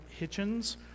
Hitchens